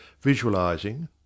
visualizing